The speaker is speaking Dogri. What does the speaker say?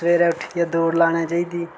सबेरे उट्ठियै दौड़ लाना चाही दी